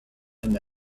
and